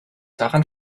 daran